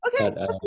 okay